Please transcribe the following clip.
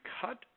cut